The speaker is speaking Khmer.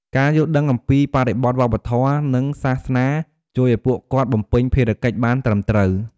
ការយល់ដឹងអំពីបរិបទវប្បធម៌ និងសាសនា ជួយឱ្យពួកគាត់បំពេញភារកិច្ចបានត្រឹមត្រូវ។